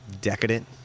decadent